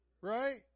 Right